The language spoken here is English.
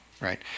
right